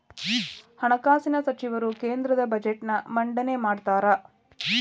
ಹಣಕಾಸಿನ ಸಚಿವರು ಕೇಂದ್ರದ ಬಜೆಟ್ನ್ ಮಂಡನೆ ಮಾಡ್ತಾರಾ